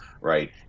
right